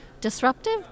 disruptive